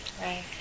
Right